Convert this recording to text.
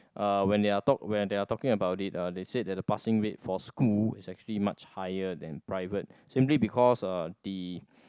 uh when they are talk when they are talking about it uh they said that the passing rate for school is actually much higher than private simply because uh the